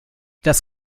das